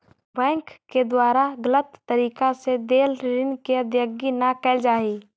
bank के द्वारा गलत तरीका से देल ऋण के अदायगी न कैल जा हइ